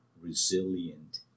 resilient